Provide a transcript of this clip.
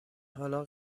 حالا